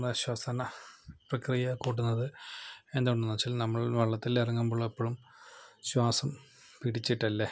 നമ്മുടെ ശ്വസന പ്രക്രിയ കൂട്ടുന്നത് എന്താണെന്ന് വെച്ചാൽ നമ്മൾ വെള്ളത്തിൽ ഇറങ്ങുമ്പോൾ എപ്പോഴും ശ്വാസം പിടിച്ചിട്ടല്ലേ